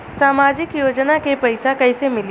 सामाजिक योजना के पैसा कइसे मिली?